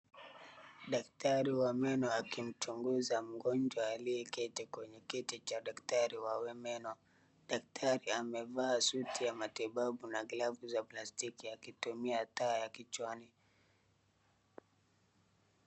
Daktari wa meno akimchunguza mgonjwa aliyeketi kwenye kiti cha daktari wa meno. Daktari amevaa suti ya matibabu na glavu za plastiki akitumia taa ya kichwani.